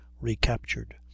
recaptured